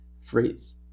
phrase